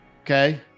Okay